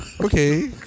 Okay